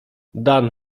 dan